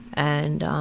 and